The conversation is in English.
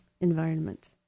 environment